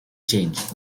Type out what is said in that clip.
change